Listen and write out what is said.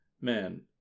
man